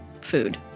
food